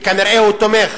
וכנראה הוא תומך